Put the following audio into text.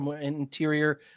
interior